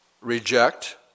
reject